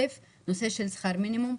ראשית, נושא של שכר מינימום.